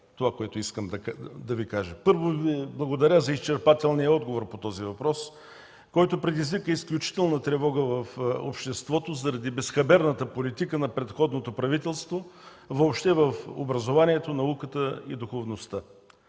това, което искам да Ви кажа. Първо Ви благодаря за изчерпателния отговор по този въпрос, който предизвика изключителна тревога в обществото заради безхаберната политика на предходното правителство въобще в образованието, науката и духовността.